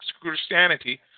Christianity